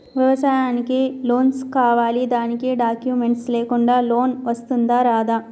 వ్యవసాయానికి లోన్స్ కావాలి దానికి డాక్యుమెంట్స్ లేకుండా లోన్ వస్తుందా రాదా?